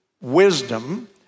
wisdom